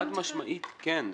חד משמעית כן,